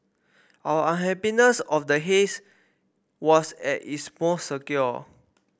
our unhappiness of the haze was at its most acute